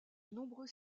nombreux